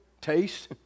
taste